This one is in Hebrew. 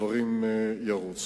הדברים ירוצו.